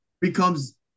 becomes